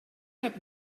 happen